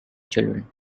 children